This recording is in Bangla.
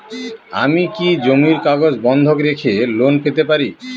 আমি কি জমির কাগজ বন্ধক রেখে লোন পেতে পারি?